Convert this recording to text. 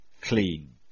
clean